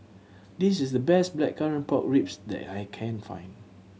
this is the best Blackcurrant Pork Ribs that I can find